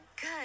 Good